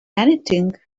anything